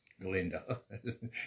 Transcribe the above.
Glenda